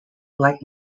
light